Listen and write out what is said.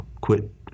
quit